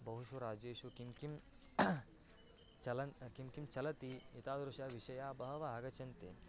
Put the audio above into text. बहुषु राज्येषु किं किं चलन् किं किं चलति एतादृशाः विषयाः बहवः आगच्छन्ति